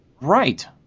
Right